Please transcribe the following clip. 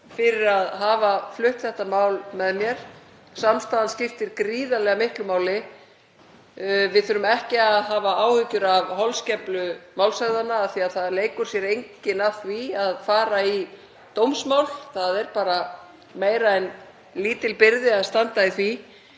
fyrir að hafa flutt þetta mál með mér. Samstaðan skiptir gríðarlega miklu máli. Við þurfum ekki að hafa áhyggjur af holskeflu málshöfðanna af því að það leikur sér enginn að því að fara í dómsmál. Það er bara meira en lítil byrði að standa í því.